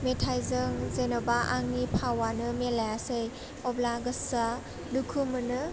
मेथाइजों जेन'बा आंनि फावानो मिलायासै अब्ला गोसोआ दुखु मोनो